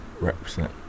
represent